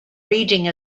reading